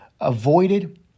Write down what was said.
avoided